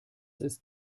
ist